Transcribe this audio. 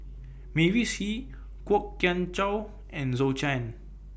Mavis Hee Kwok Kian Chow and Zhou Can